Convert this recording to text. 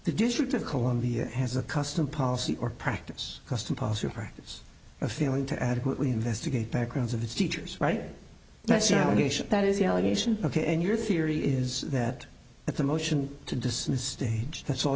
the district of columbia has a custom policy or practice custom policy of practice of failing to adequately investigate backgrounds of its teachers right that's your allegation that is the allegation ok and your theory is that it's a motion to dismiss stage that's all